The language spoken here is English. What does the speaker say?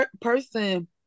person